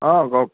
অঁ কওক